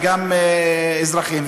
וגם אזרחים,